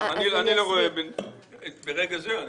אני לא רואה ברגע זה את